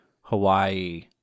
Hawaii